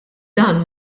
dan